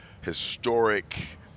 historic